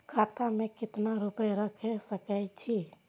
खाता में केतना रूपया रैख सके छी?